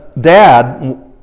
dad